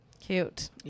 Cute